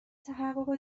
تحقق